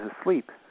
asleep